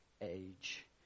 age